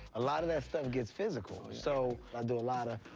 a lot of that stuff gets physical. so i do a lot of.